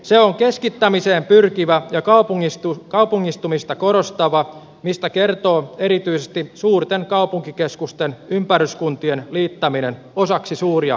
se on keskittämiseen pyrkivä ja kaupungistumista korostava mistä kertoo erityisesti suurten kaupunkikeskusten ympäryskuntien liittäminen osaksi suuria kaupunkeja